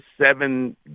seven